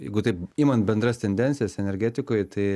jeigu taip iman bendras tendencijas energetikoj tai